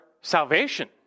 salvation